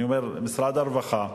אני אומר, משרד הרווחה,